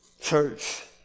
Church